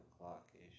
o'clock-ish